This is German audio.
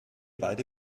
beide